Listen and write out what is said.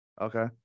Okay